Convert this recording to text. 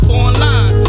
online